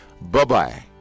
Bye-bye